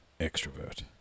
extrovert